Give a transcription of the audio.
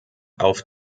auf